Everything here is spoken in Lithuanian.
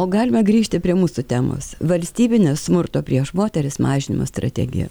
o galime grįžti prie mūsų temos valstybinės smurto prieš moteris mažinimo strategiją